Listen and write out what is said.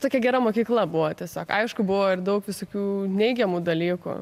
tokia gera mokykla buvo tiesiog aišku buvo ir daug visokių neigiamų dalykų